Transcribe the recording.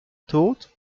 tod